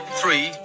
three